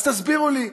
אז תסבירו לי,